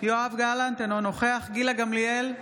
יואב גלנט, אינו נוכח גילה גמליאל,